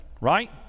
Right